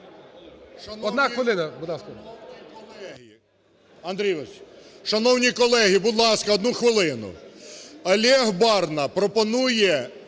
Одна хвилина. Будь ласка.